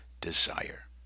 desire